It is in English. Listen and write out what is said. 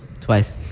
Twice